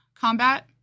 combat